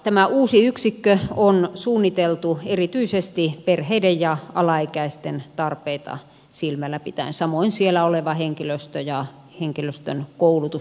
tämä uusi yksikkö on suunniteltu erityisesti perheiden ja alaikäisten tarpeita silmällä pitäen samoin siellä oleva henkilöstö ja henkilöstön koulutus